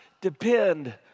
depend